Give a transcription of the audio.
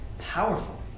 powerful